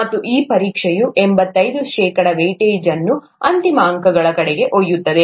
ಮತ್ತು ಈ ಪರೀಕ್ಷೆಯು ಎಂಭತ್ತೈದು ಶೇಕಡಾ ವೆಯಿಟ್ ಅನ್ನು ಅಂತಿಮ ಅಂಕಗಳ ಕಡೆಗೆ ಒಯ್ಯುತ್ತದೆ